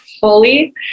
fully